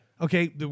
Okay